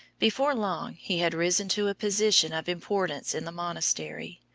before long he had risen to a position of importance in the monastery.